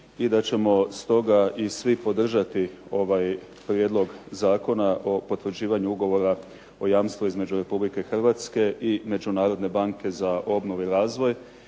i da ćemo stoga i svi podržati ovaj Prijedlog Zakona o potvrđivanju Ugovora o jamstvu između Republike Hrvatske i Međunarodne banke za obnovu i razvoj,